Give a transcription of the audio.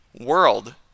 world